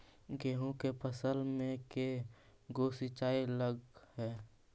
गेहूं के फसल मे के गो सिंचाई लग हय?